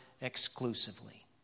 exclusively